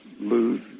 lose